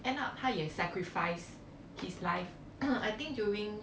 end up 他也 sacrifice his life I think during